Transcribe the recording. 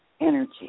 energy